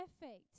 Perfect